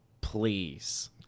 please